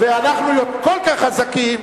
ואנחנו כל כך חזקים,